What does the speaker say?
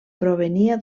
provenia